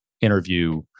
interview